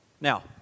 Now